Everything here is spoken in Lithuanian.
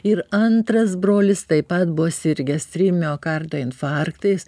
ir antras brolis taip pat buvo sirgęs trim miokardo infarktais